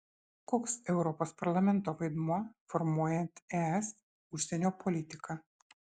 koks europos parlamento vaidmuo formuojant es užsienio politiką